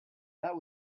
that